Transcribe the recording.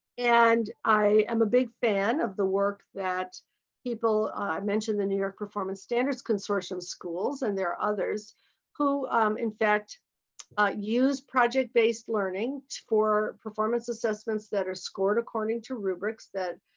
and i am a big fan of the work that people mentioned in the new york performance standards consortium schools and there are others who in fact use project-based learning for performance assessments that are scored according to rubrics that